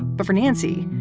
but for nancy,